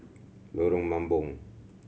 Lorong Mambong